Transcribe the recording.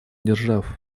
держав